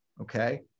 okay